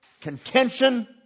contention